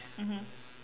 mmhmm